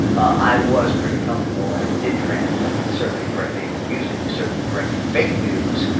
i was pretty comfortable and it did translate. certainly directing music, certainly directing fake news,